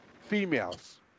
females